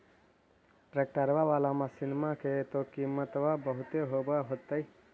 ट्रैक्टरबा बाला मसिन्मा के तो किमत्बा बहुते होब होतै?